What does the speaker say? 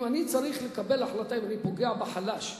אם אני צריך לקבל החלטה אם אני פוגע בחלש,